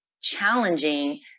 challenging